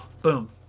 Boom